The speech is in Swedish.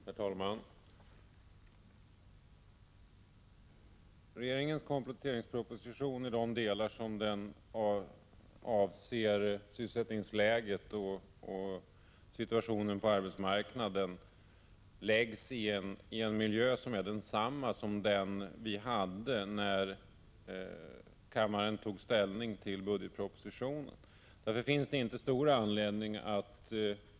Herr talman! Regeringens kompletteringsproposition i de delar som avser sysselsättningsläget och situationen på arbetsmarknaden läggs i en miljö som är densamma som den som vi hade när kammaren tog ställning till budgetpropositionen. Därför finns det inte stor anledning att tillägga särskilt Prot.